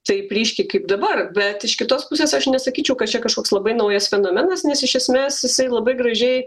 taip ryškiai kaip dabar bet iš kitos pusės aš nesakyčiau kad čia kažkoks labai naujas fenomenas nes iš esmės jisai labai gražiai